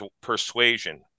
persuasion